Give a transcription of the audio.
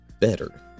better